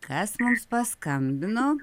kas mums paskambino